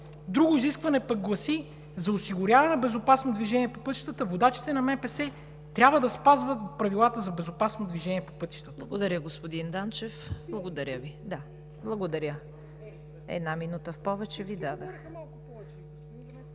друго изискване пък гласи: „За осигуряване на безопасно движение по пътищата водачите на МПС трябва да спазват правилата за безопасно движение по пътищата.“